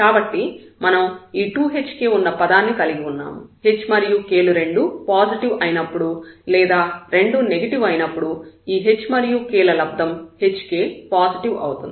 కాబట్టి మనం ఈ 2hk ఉన్న పదాన్ని కలిగి ఉన్నాము h మరియు k లు రెండూ పాజిటివ్ అయినప్పుడు లేదా రెండూ నెగటివ్ అయినప్పుడు ఈ h మరియు k ల లబ్దం hk పాజిటివ్ అవుతుంది